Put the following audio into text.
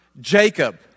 Jacob